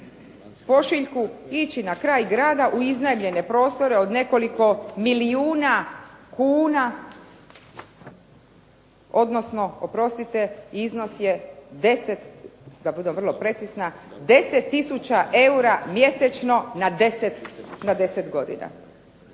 pošiljku ići na kraj grada u iznajmljene prostore od nekoliko milijuna kuna odnosno oprostite iznos je 10 da budem vrlo precizna